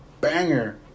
banger